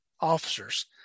officers